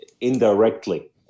indirectly